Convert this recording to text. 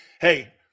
hey